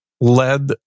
led